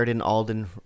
Alden